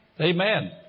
Amen